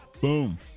Boom